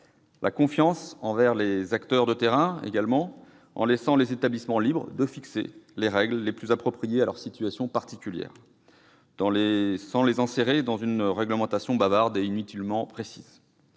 sa confiance envers les acteurs de terrain, en laissant les établissements libres de fixer les règles les plus appropriées à leur situation particulière, sans les enserrer dans une réglementation bavarde et inutilement précise.